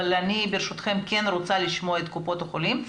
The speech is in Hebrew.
אבל ברשותכם אני כן רוצה לשמוע את קופות החולים,